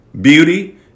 Beauty